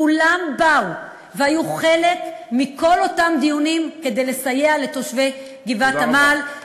כולם באו והיו חלק מכל אותם דיונים כדי לסייע לתושבי גבעת-עמל,